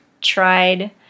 tried